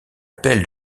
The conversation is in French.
appel